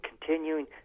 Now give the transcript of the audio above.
continuing